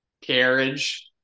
carriage